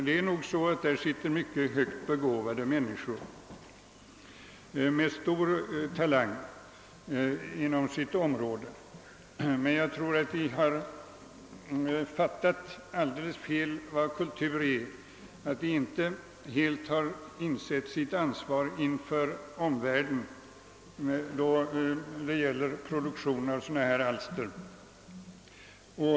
Där sitter visserligen mycket högt begåvade människor med stor talang inom sitt om råde, men jag tror att de har fattat alldeles fel vad kultur är och att de inte helt har insett sitt ansvar inför omvärlden då det gäller produktionen av sådana här alster.